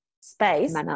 space